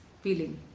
feeling